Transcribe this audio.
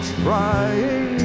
trying